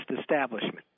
establishment